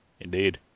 Indeed